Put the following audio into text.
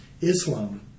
Islam